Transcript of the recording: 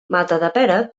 matadepera